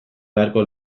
beharko